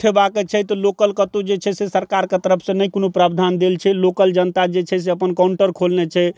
उठेबाके छै तऽ लोकल कतहु जे छै से सरकारके तरफसँ नहि कोनो प्रावधान देल छै लोकल जनता जे छै से अपन काउण्टर खोलने छै